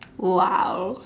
!wow!